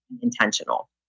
intentional